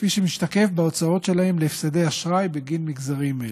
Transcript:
כפי שמשתקף בהוצאות שלהם להפסדי אשראי בגין המגזרים האלה.